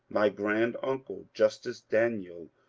my grand-uncle justice daniel,